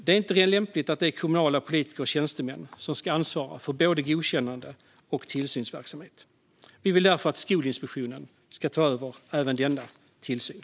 Det är inte lämpligt att kommunala politiker och tjänstemän ansvarar för både godkännande och tillsynsverksamhet, och vi vill därför att Skolinspektionen ska ta över även denna tillsyn.